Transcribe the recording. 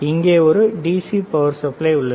இங்கே ஒரு DC power supply உள்ளது